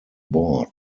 board